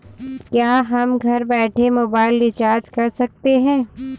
क्या हम घर बैठे मोबाइल रिचार्ज कर सकते हैं?